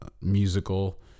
musical